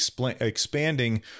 expanding